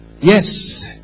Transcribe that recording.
yes